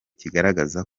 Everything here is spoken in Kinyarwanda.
kigaragaza